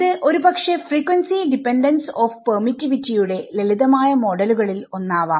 ഇത് ഒരു പക്ഷെ ഫ്രീക്വൻസി ഡിപെൻഡൻസ് ഓഫ് പെർമിറ്റിവിറ്റിയുടെ ലളിതമായ മോഡലുകളിൽ ഒന്നാവാം